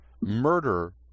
murder